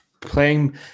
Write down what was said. playing